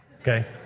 okay